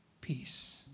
peace